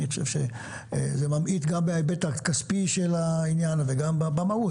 ואני חושב שזה ממעיט גם בהיבט הכספי של העניין וגם במהות.